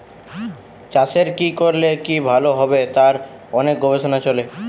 চাষের কি করলে কি ভালো হবে তার অনেক গবেষণা চলে